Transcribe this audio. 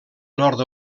nord